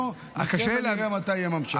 בוא, נחיה ונראה מתי תהיה ממשלתית.